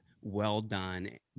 well-done